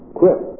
quit